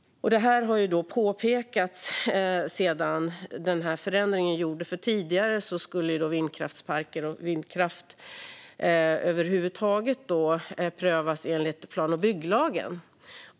Det här har påpekats sedan förändringen gjordes, för tidigare skulle vindkraftsparker och vindkraft över huvud taget prövas enligt plan och bygglagen.